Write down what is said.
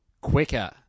quicker